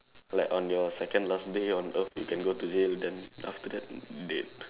like on your second last day on earth you can go to jail then after that dead